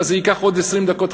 אז זה ייקח עוד 20 דקות,